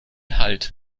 halt